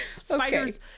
Spiders